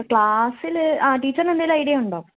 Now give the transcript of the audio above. ക്ലാസ്സിൽ ആ ടീച്ചറിന് എന്തെങ്കിലും ഐഡിയ ഉണ്ടോ